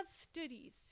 studies